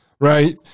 right